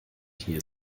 hier